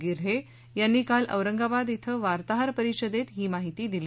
गिर्हे यांनी काल औरंगाबाद ॐ वार्ताहर परिषदेत ही माहिती दिली